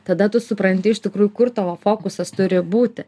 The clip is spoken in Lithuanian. tada tu supranti iš tikrųjų kur tavo fokusas turi būti